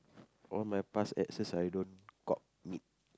all my past exes I don't commit